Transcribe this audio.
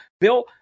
Bill